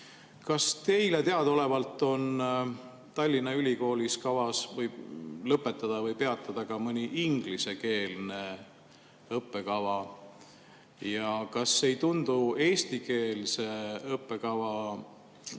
Kas teile teadaolevalt on Tallinna Ülikoolis kavas lõpetada või peatada ka mõni ingliskeelne õppekava? Ja kas ei tundu eestikeelse õppekava